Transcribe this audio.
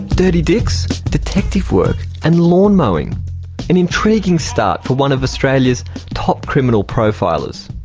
dirty dicks, detective work and lawn mowing an intriguing start for one of australia's top criminal profilers.